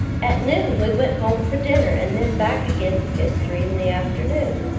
at noon we went home for dinner and then back again for history in the afternoon.